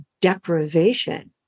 deprivation